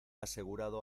asegurado